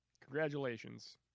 Congratulations